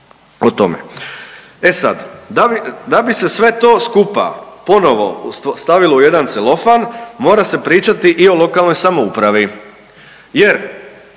da bi, da bi se sve to skupa ponovo stavilo u jedan celofan mora se pričati i o lokalnoj samoupravi